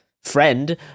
friend